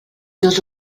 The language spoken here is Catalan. dos